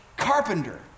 carpenter